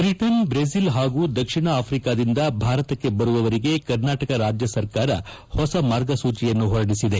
Britain Brazil ಹಾಗೂ ದಕ್ಷಿಣ ಆಫ್ರಿಕಾದಿಂದ ಭಾರತಕ್ಕೆ ಬರುವವರಿಗೆ ಕರ್ನಾಟಕ ರಾಜ್ಯ ಸರ್ಕಾರ ಹೊಸ ಮಾರ್ಗಸೂಚಿಯನ್ನು ಹೊರಡಿಸಿದೆ